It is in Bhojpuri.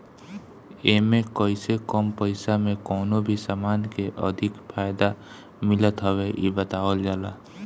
एमे कइसे कम पईसा में कवनो भी समान के अधिक फायदा मिलत हवे इ बतावल जाला